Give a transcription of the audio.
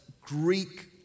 Greek